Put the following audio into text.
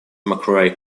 mcrae